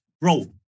Bro